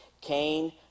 Cain